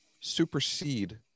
supersede